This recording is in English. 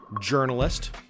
journalist